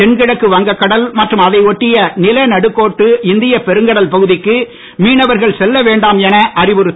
தென்கிழக்கு வங்கக்கடல் மற்றும் அதை ஒட்டிய நிலநடுக்கோட்டு இந்திய பெருங்கடல் பகுதிக்கு மீனவர்கள் செல்ல வேண்டாம் என அறிவுறுத்தப்பட்டுள்ளனர்